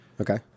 Okay